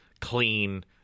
clean